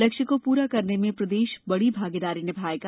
लक्ष्य को पूरा करने में प्रदेश बड़ी भागीदारी निभाएगा